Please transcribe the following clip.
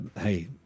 Hey